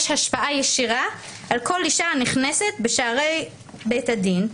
השפעה ישירה על כל אישה הנכנסת בשערי בית הדין,